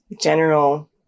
general